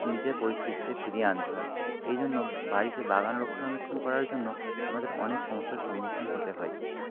নিজের পরিস্থিতিতে ফিরিয়ে আনতে হয় এইজন্য বাড়িতে বাগান রক্ষণাবেক্ষণ করার জন্য আমাদের অনেক সমস্যার সম্মুখীন হতে হয়